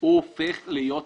הוא הופך להיות כחדש.